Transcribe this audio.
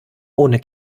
ohne